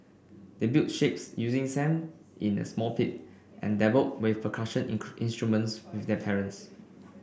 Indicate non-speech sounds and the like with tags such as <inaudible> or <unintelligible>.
they built shapes using sand in a small pit and dabbled with percussion <unintelligible> instruments with their parents